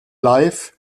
life